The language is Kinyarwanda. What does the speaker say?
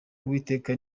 uwiteka